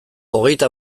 hogeita